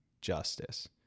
justice